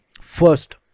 First